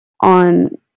on